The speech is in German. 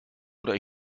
oder